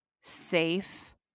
safe